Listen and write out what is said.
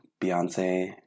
Beyonce